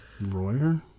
Royer